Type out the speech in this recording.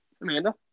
Amanda